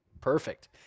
perfect